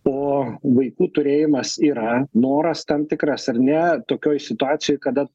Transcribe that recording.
o vaikų turėjimas yra noras tam tikras ar ne tokioj situacijoj kada